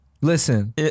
listen